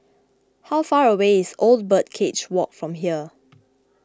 how far away is Old Birdcage Walk from here